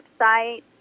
website